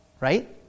Right